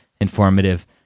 informative